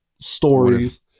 stories